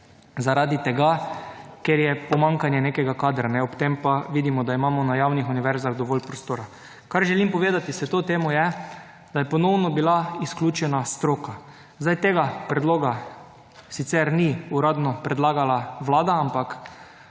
zaradi tega, ker je pomanjkanje nekega kadra, ob tem pa vidimo, da imamo na javnih univerzah dovolj prostora. Kar želim povedati s to temo, je, da je ponovno bila izključena stroka. Zdaj tega predloga sicer ni uradno predlagala vlada, ampak